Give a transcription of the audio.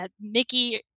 Mickey